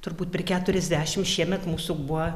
turbūt per keturiasdešimt šiemet mūsų buvo